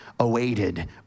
Awaited